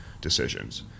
decisions